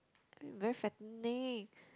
very fattening